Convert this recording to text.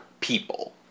people